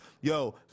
Yo